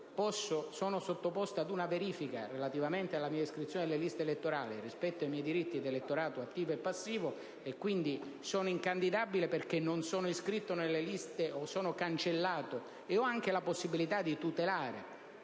sia sottoposto ad una verifica relativamente alla mia iscrizione alle liste elettorali rispetto ai miei diritti di elettorato attivo e passivo, e sia quindi incandidabile perché non sono iscritto nelle liste o sono cancellato, avendo anche la possibilità di tutelare